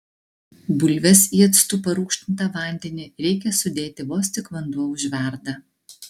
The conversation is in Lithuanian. bulves į actu parūgštintą vandenį reikia sudėti vos tik vanduo užverda